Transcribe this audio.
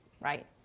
right